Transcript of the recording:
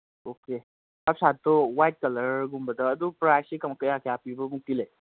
okay half ꯁꯥꯔꯠꯇꯣ white ꯀꯂꯔꯒꯨꯝꯕꯗ ꯑꯗꯨ ꯄ꯭ꯔꯥꯏꯁꯁꯤ ꯀꯌꯥ ꯀꯌꯥ ꯄꯤꯕꯃꯨꯛꯇꯤ ꯂꯩ